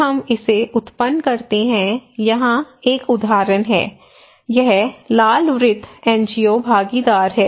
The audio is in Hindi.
तब हम इसे उत्पन्न करते हैं यहाँ एक उदाहरण है यह लाल वृत्त एनजीओ भागीदार हैं